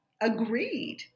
agreed